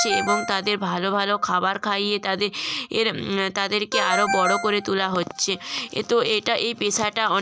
এবং তাদের ভালো ভালো খাবার খাইয়ে তাদের এর তাদেরকে আরো বড়ো করে তোলা হচ্ছে এ তো এটা এই পেশাটা অনেক